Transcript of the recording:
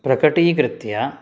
प्रकटीकृत्य